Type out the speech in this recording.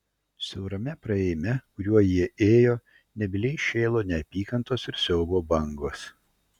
siaurame praėjime kuriuo jie ėjo nebyliai šėlo neapykantos ir siaubo bangos